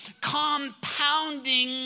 compounding